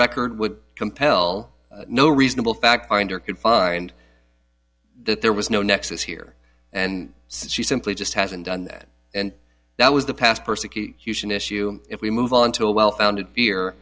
record would compel no reasonable fact finder could find that there was no nexus here and since she simply just hasn't done that and that was the past persecution issue if we move on to a well founded fear